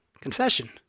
confession